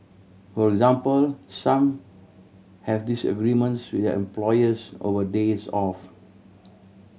for example some have disagreements with their employers over days off